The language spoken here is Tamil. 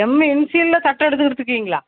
எம் இன்ஷியலில் சட்டை எடுத்து கொடுத்துருக்கீங்களா